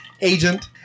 agent